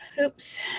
Oops